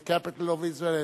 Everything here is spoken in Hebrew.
the capital of Israel,